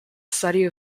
study